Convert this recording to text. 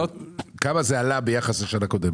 כמה זה עלה ביחס לשנה הקודמת?